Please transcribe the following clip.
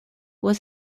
was